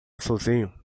sozinho